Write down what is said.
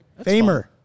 Famer